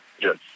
Yes